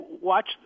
watch